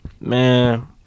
Man